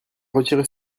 retiré